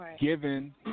Given